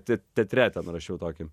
tai teatre ten rašiau tokį